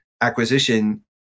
acquisition